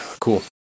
cool